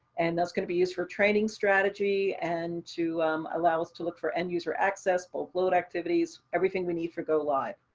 and that's going to be used for training strategy and to allow us to look for end user access, bulk load activities, everything we need for go live.